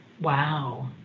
Wow